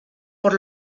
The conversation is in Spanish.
por